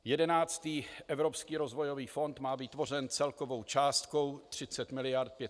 Jedenáctý evropský rozvojový fond má být tvořen celkovou částkou 30 mld. 506 mil. eur.